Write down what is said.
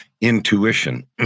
intuition